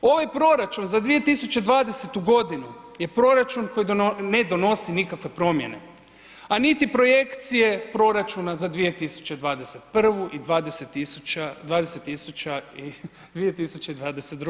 Ovaj proračun za 2020. godinu je proračun koji ne donosi nikakve promjene, a niti projekcije proračuna za 2021. i 2022.